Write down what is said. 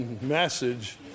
message